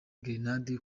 gerenade